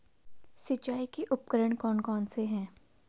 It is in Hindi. सिंचाई के उपकरण कौन कौन से हैं?